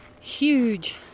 huge